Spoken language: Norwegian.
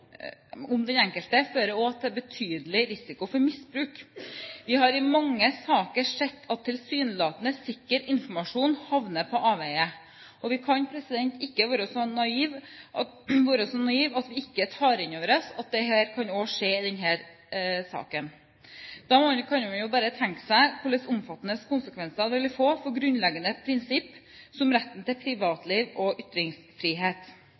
om den enkelte fører også til betydelig risiko for misbruk. Vi har i mange saker sett at tilsynelatende sikker informasjon havner på avveier, og vi kan ikke være så naive at vi ikke tar inn over oss at dette kan skje også i denne saken. Da kan man jo bare tenke seg hva slags omfattende konsekvenser det vil få for grunnleggende prinsipp som retten til privatliv og ytringsfrihet.